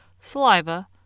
saliva